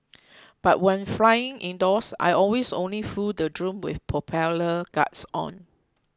but when flying indoors I always only flew the drone with propeller guards on